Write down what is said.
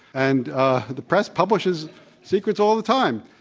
and ah the press publishes secrets all the time.